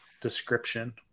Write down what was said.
description